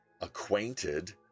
acquainted